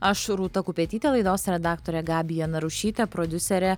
aš rūta kupetytė laidos redaktorė gabija narušytė prodiuserė